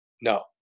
No